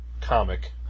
comic